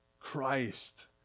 Christ